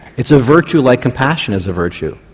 it's virtue like compassion is a virtue.